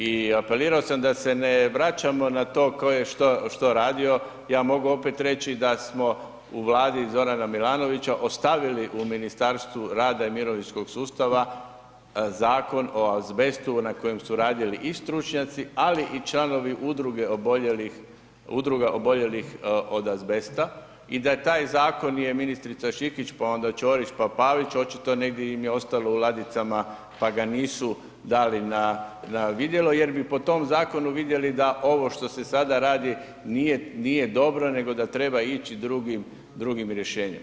I apelirao sam da se ne vraćamo na to tko je što radio, ja mogu opet reći da smo u Vladi Zorana Milanovića ostavili u Ministarstvu rada i mirovinskog sustava Zakon o azbestu na kojem su radili i stručnjaci ali i članovi udruge oboljelih od azbesta i da je taj zakon ministrica Šikić pa onda Ćorić pa Pavić očito negdje im je ostalo u ladicama pa ga nisu dali na vidjelo jer bi po tom zakonu vidjeli da ovo što se sada radi nije dobro nego da treba ići drugim rješenjem.